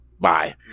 bye